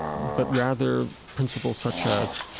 but rather principles such as,